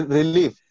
relief